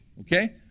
Okay